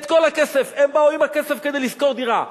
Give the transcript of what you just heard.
את כל הכסף, הם באו עם הכסף כדי לשכור דירה,